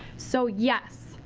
so, yes,